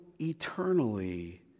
Eternally